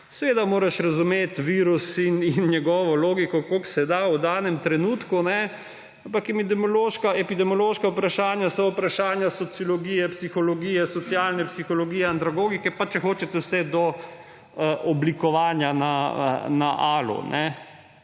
Seveda moraš razumeti virus in njegovo logiko, kolikor se da v danem trenutku, ampak epidemiološka vprašanja so vprašanja sociologije, psihologije, socialne psihologije, andragogike in če hočete vse do oblikovanja na ALU,